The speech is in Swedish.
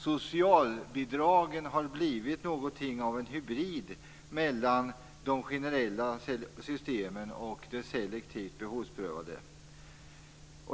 Socialbidragen har blivit något av en hybrid mellan de generella systemen och de selektiva, behovsprövade.